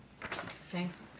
Thanks